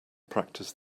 practice